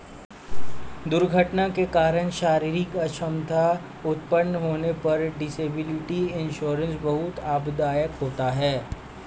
दुर्घटना के कारण शारीरिक अक्षमता उत्पन्न होने पर डिसेबिलिटी इंश्योरेंस बहुत लाभदायक होता है